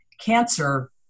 cancer